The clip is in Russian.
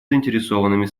заинтересованными